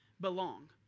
belong